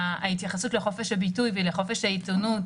ההתייחסות לחופש הביטוי ולחופש העיתונות